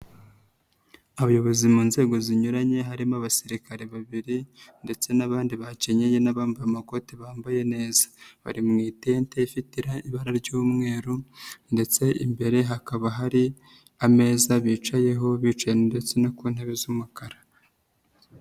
Abayobozi mu nzego zinyuranye harimo abasirikare babiri ndetse n'abandi bakenyeye n'abambaye amakoti bambaye neza, bari mu itente rifitera ibara ry'umweru ndetse imbere hakaba hari ameza bicayeho, bicaye ndetse no ku ntebe z'umukara.